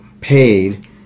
paid